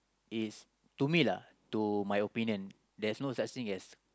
is to me lah to my opinion there's no such thing as